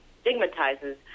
stigmatizes